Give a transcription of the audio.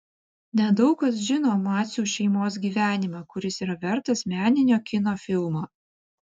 nedaug kas žino macių šeimos gyvenimą kuris yra vertas meninio kino filmo